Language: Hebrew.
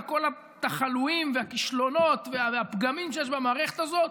על כל התחלואים והכישלונות והפגמים שיש במערכת הזאת,